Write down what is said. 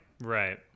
right